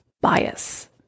bias